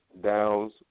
downs